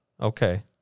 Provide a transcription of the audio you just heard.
Okay